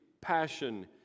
passion